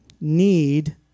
need